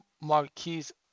Marquise